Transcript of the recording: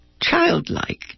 childlike